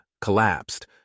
collapsed